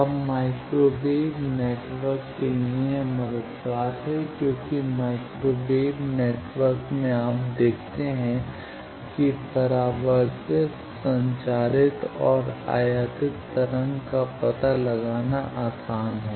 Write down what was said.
अब microwave network के लिए यह मददगार है क्योंकि माइक्रोवेव नेटवर्क में आप देखते हैं कि परावतित संचारित तथा आयातित तरंग का पता लगाना आसान है